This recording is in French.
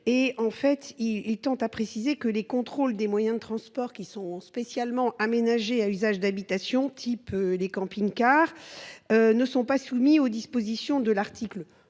et en fait il, il tente à précisé que les contrôles des moyens de transport qui sont spécialement aménagée à usage d'habitation type les camping-cars. Ne sont pas soumis aux dispositions de l'article